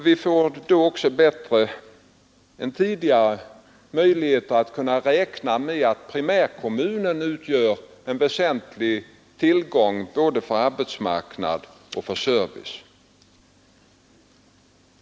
Vi kan då också räkna med att primärkommunen bättre än tidigare kan fylla en uppgift både för arbetsmarknad och för service.